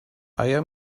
آیا